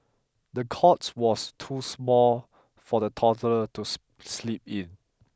the cot was too small for the toddler to sleep in